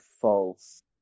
false